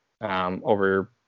over